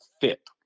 FIP